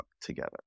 together